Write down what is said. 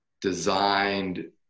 designed